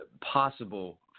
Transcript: possible